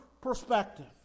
perspective